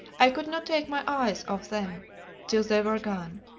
i could not take my eyes off them till they were gone.